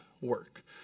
work